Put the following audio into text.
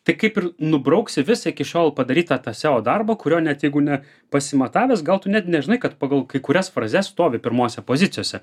tai kaip ir nubrauksi visą iki šiol padarytą tą seo darbą kurio net jeigu ne pasimatavęs gal tu net nežinai kad pagal kai kurias frazes stovi pirmose pozicijose